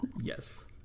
Yes